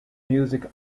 music